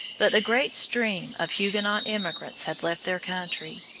but the great stream of huguenot emigrants had left their country.